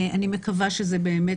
אני מקווה שזה באמת,